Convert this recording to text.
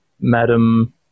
Madam